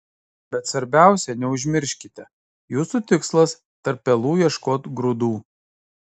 bet svarbiausia neužsimirškite jūsų tikslas tarp pelų ieškot grūdų